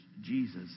Jesus